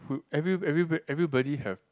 who every every everybod~ everybody have